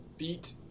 Beat